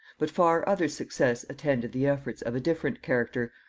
but far other success attended the efforts of a different character,